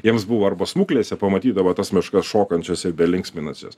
jiems buvo arba smuklėse pamatydavo tas meškas šokančias ir belinksminančias